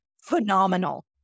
phenomenal